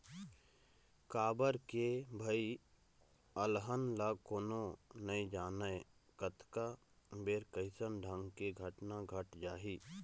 काबर के भई अलहन ल कोनो नइ जानय कतका बेर कइसन ढंग के घटना घट जाही